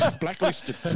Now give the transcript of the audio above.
blacklisted